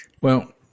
Well-